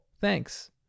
thanks